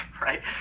right